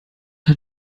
hat